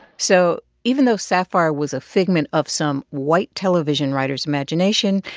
so even though sapphire was a figment of some white television writer's imagination,